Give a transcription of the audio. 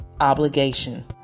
obligation